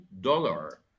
dollar